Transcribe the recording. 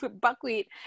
buckwheat